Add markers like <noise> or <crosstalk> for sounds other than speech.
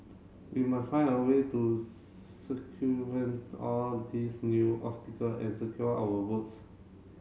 we must find a way to <unintelligible> circumvent all these new obstacle and secure our votes